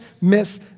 miss